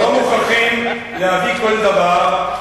לא מוכרחים להביא כל דבר.